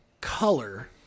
color